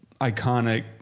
iconic